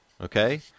Okay